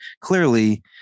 clearly